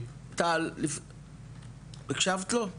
טל, הקשבת לו?